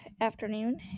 Afternoon